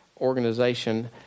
organization